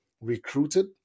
recruited